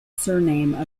surname